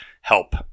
help